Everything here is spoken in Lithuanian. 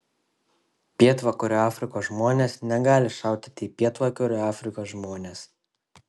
pietvakarių afrikos žmonės negali šaudyti į pietvakarių afrikos žmones